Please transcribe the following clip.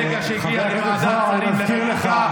ברגע שהגיע לוועדת שרים לחקיקה,